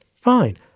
Fine